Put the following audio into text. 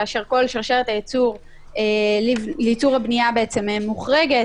כאשר כל השרשרת לייצור הבנייה מוחרגת,